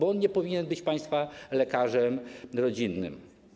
On nie powinien być państwa lekarzem rodzinnym.